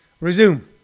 Resume